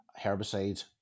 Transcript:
herbicides